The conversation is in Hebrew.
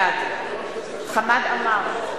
בעד חמד עמאר,